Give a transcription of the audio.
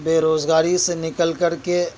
بے روگازی سے نکل کر کے